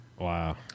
Wow